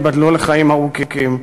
ייבדלו לחיים ארוכים,